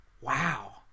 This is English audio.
Wow